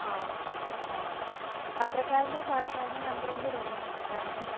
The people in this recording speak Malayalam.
ആ ഓക്കെ ഓക്കെ താങ്ക് യൂ പത്രക്കാരൻറ്റെം പാൽക്കാരൻറ്റെം നമ്പറും കൂടൊന്ന് തരണേ